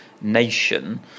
nation